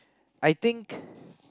I think